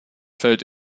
fällt